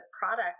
product